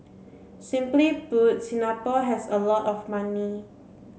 simply put Singapore has a lot of money